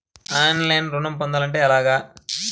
ఆన్లైన్లో ఋణం పొందాలంటే ఎలాగా?